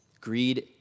Greed